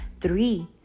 Three